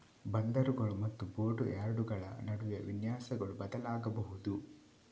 ಬಂದರುಗಳು ಮತ್ತು ಬೋಟ್ ಯಾರ್ಡುಗಳ ನಡುವೆ ವಿನ್ಯಾಸಗಳು ಬದಲಾಗಬಹುದು